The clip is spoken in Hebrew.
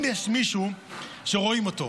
אם יש מישהו שרואים אותו,